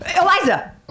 Eliza